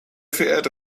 verehrte